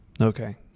Okay